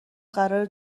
قراره